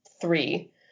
three